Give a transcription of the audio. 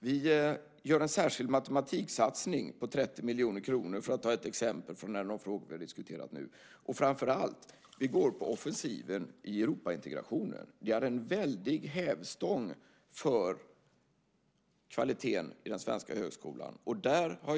Vi gör en särskild matematiksatsning på 30 miljoner kronor, för att ta ett exempel från en av de frågor vi har diskuterat nu. Och framför allt går vi på offensiven i Europaintegrationen. Det är en väldig hävstång för kvaliteten i den svenska högskolan.